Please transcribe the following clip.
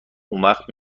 اونوقت